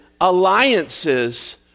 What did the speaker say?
alliances